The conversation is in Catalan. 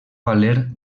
valer